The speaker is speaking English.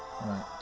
Right